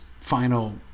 final